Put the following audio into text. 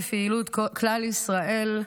בפעילות לכלל ישראל,